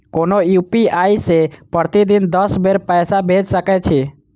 कोनो यू.पी.आई सं प्रतिदिन दस बेर पैसा भेज सकै छी